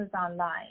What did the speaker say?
online